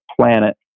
planet